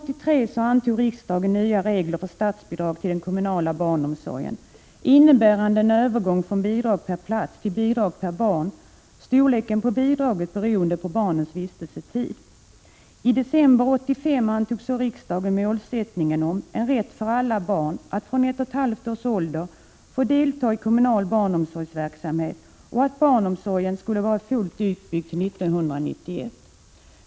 I december 1985 antog riksdagen målsättningen om en rätt för alla barn att från ett och ett halvt års ålder få delta i kommunal barnomsorgsverksamhet och att barnomsorgen skall vara fullt utbyggd 1991.